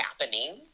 happening